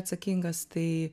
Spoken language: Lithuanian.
atsakingas tai